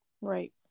Right